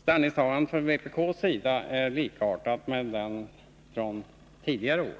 Ställningstagandet från vpk:s sida i år är likartat det från tidigare år.